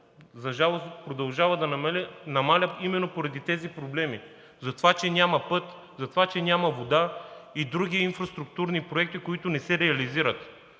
продължава да намалява именно поради тези проблеми – затова че няма път, затова че няма вода и други инфраструктурни проекти, които не се реализират.